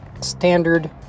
standard